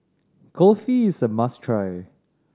kulfi is a must try